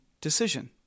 decision